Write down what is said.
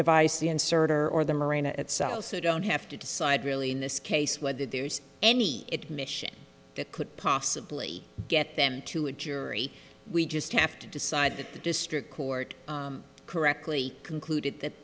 inserter or the marina itself who don't have to decide really in this case whether there's any mission that could possibly get them to a jury we just have to decide that the district court correctly concluded that